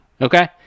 okay